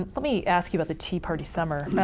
let me ask you about the tea party summer.